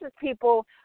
people